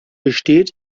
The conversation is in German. besteht